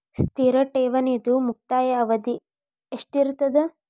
ಸ್ಥಿರ ಠೇವಣಿದು ಮುಕ್ತಾಯ ಅವಧಿ ಎಷ್ಟಿರತದ?